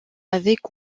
avec